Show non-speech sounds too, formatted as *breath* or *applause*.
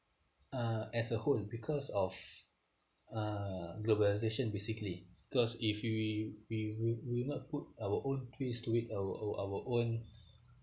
uh as a whole because of uh globalisation basically cause if wewe we will will not put our own twist to it our our our own *breath*